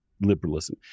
liberalism